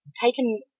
taken